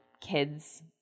kid's